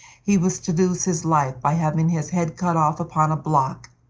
he was to lose his life by having his head cut off upon a block.